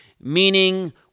meaning